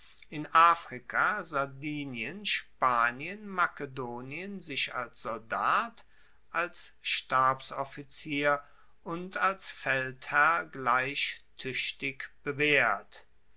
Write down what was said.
in afrika sardinien spanien makedonien sich als soldat als stabsoffizier und als feldherr gleich tuechtig bewaehrt